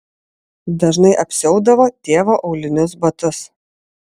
dažnai apsiaudavo tėvo aulinius batus